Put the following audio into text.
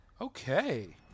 Okay